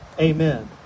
Amen